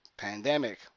Pandemic